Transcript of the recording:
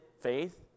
faith